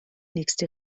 nächste